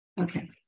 Okay